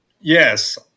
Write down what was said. Yes